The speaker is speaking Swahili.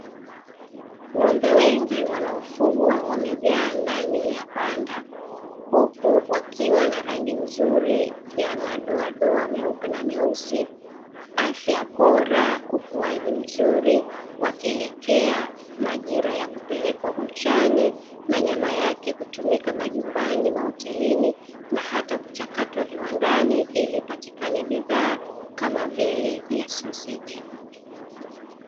Ng'ombe wengi wanaofugwa wamejaa ndani ya banda, huku wakiwa na rangi nzuri ya madoadoa meupe na meusi, afya bora, ukuaji mzuri; wakielekea majira ya kupelekwa buchani na nyama yake kutumika majumbani, mahotelini, na hata kuchakatwa viwandani ili ipatikane bidhaa kama vile ya soseji.